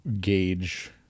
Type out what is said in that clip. gauge